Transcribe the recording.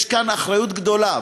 יש כאן אחריות גדולה,